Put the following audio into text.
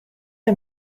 der